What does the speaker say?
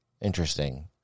Interesting